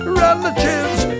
relatives